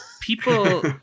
People